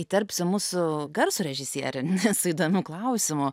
įterpsiu mūsų garso režisierę nes su įdomiu klausimu